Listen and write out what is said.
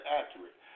accurate